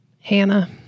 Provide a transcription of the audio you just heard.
Hannah